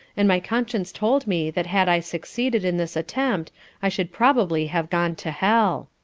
and my conscience told me that had i succeeded in this attempt i should probably have gone to hell.